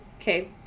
Okay